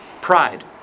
Pride